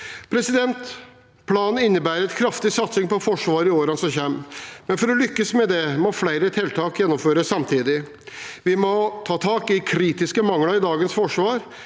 Planen innebærer en kraftig satsing på Forsvaret i årene som kommer, men for å lykkes med det må flere tiltak gjennomføres samtidig. Vi må ta tak i kritiske mangler i dagens forsvar.